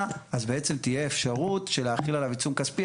אז בעצם תהיה אפשרות של להחיל עליו עיצום כספי,